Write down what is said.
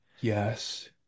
yes